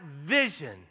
vision